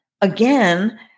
Again